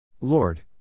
Lord